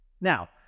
Now